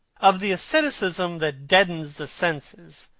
of the asceticism that deadens the senses,